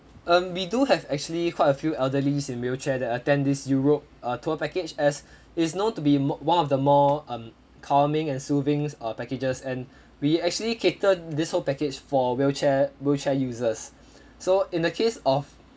um we do have actually quite a few elderlies in wheelchair that attend this europe uh tour package as it's known to be one of the more calming and soothing uh packages and we actually cater this whole package for wheelchair wheelchair users so in the case of